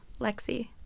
Lexi